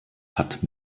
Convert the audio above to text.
hat